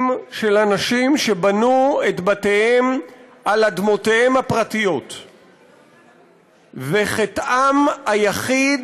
של אנשים שבנו את בתיהם על אדמותיהם הפרטיות וחטאם היחיד,